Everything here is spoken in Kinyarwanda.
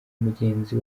mugenzi